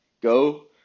go